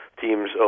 teams